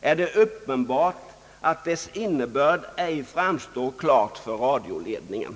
är det uppenbart att dess innebörd ej framstår klart för radioledningen.